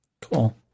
Cool